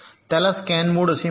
त्याला scan mode असे म्हणतात